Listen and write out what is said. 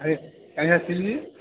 ଆରେ କାହିଁ ଆସିନି